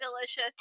Delicious